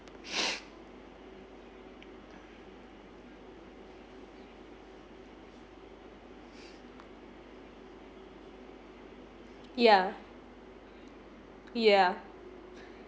yeah yeah